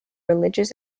religious